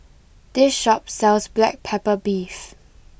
this shop sells Black Pepper Beef